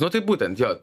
nu tai būtent jo